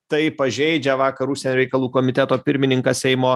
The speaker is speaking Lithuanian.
tai pažeidžia vakarus reikalų komiteto pirmininkas seimo